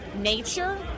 nature